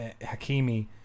Hakimi